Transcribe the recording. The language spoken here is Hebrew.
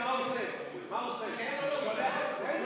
דבר